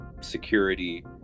security